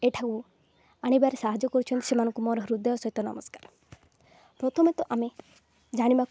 ଏଠାକୁ ଆଣିବାରେ ସାହାଯ୍ୟ କରୁଛନ୍ତି ସେମାନଙ୍କୁ ମୋର ହୃଦୟ ସହିତ ନମସ୍କାର ପ୍ରଥମେ ତ ଆମେ ଜାଣିବାକୁ